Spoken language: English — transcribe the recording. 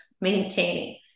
maintaining